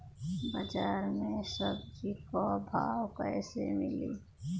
बाजार मे सब्जी क भाव कैसे मिली?